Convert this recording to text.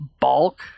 Bulk